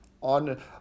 on